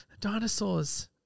Dinosaurs